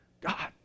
God